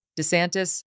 DeSantis